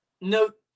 note